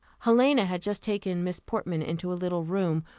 helena had just taken miss portman into a little room,